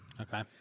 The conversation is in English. Okay